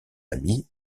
lamy